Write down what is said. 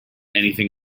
anything